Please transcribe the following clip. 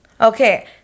okay